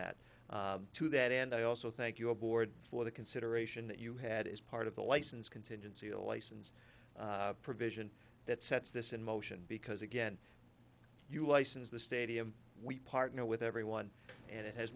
that to that and i also thank your board for the consideration that you had as part of the license contingency a license provision that sets this in motion because again you license the stadium we partner with everyone and it has